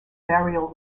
burial